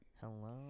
Hello